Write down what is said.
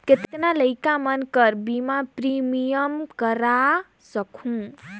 कतना लइका मन कर बीमा प्रीमियम करा सकहुं?